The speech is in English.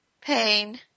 pain